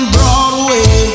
Broadway